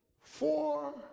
Four